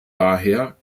daher